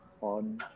on